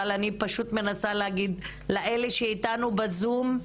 אבל אני פשוט מנסה להגיד לאלה שאיתנו בזום,